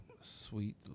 sweet